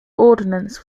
ordinance